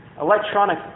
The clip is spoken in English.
electronic